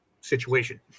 situation